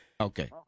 Okay